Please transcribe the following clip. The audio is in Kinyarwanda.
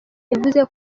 yavuze